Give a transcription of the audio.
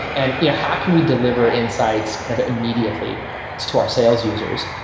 and yeah how can we deliver insights kind of immediately to to our sales users?